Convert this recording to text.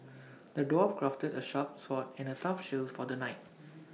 the dwarf crafted A sharp sword and A tough shield for the knight